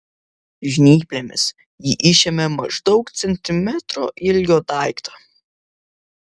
žnyplėmis ji išėmė maždaug centimetro ilgio daiktą